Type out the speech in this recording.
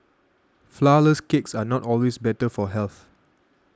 Flourless Cakes are not always better for health